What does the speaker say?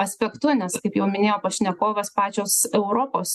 aspektu nes kaip jau minėjo pašnekovas pačios europos